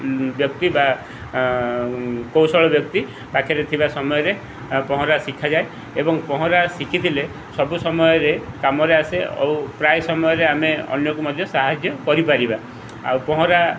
ବ୍ୟକ୍ତି ବା କୌଶଳ ବ୍ୟକ୍ତି ପାଖେରେ ଥିବା ସମୟରେ ପହଁରା ଶିଖାଯାଏ ଏବଂ ପହଁରା ଶିଖିଥିଲେ ସବୁ ସମୟରେ କାମରେ ଆସେ ଆଉ ପ୍ରାୟ ସମୟରେ ଆମେ ଅନ୍ୟକୁ ମଧ୍ୟ ସାହାଯ୍ୟ କରିପାରିବା ଆଉ ପହଁରା